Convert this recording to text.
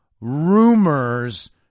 rumors